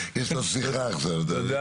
כי יכול להיות שאי אפשר לתת תשובות כאלה